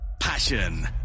passion